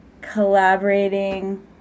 collaborating